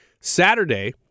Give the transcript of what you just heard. Saturday